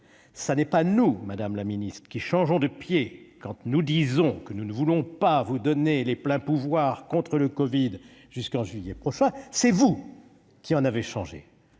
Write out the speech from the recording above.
Ce n'est pas nous, madame la ministre, qui changeons de pied lorsque nous disons que nous ne voulons pas vous donner les pleins pouvoirs pour lutter contre la covid-19 jusqu'au mois de juillet prochain. C'est vous qui en avez changé